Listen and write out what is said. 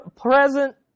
present